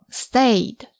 stayed